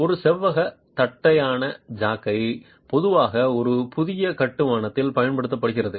ஒரு செவ்வக தட்டையான ஜாக்கை பொதுவாக ஒரு புதிய கட்டுமானத்தில் பயன்படுத்தப்படுகிறது